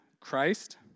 Christ